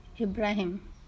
Ibrahim